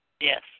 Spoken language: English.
Yes